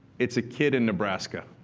it's a kid in nebraska.